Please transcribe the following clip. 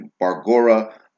Bargora